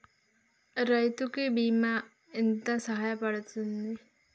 రైతు కి బీమా ఎంత సాయపడ్తది?